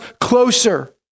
closer